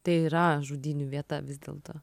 tai yra žudynių vieta vis dėlto